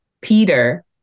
Peter